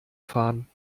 fahren